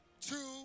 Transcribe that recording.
two